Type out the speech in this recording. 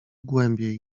głębiej